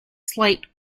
slate